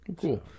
Cool